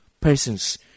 persons